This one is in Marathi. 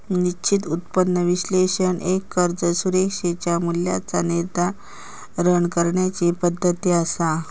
निश्चित उत्पन्न विश्लेषण एक कर्ज सुरक्षेच्या मूल्याचा निर्धारण करण्याची पद्धती असा